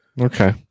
Okay